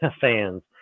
fans